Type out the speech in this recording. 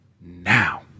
now